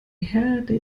herde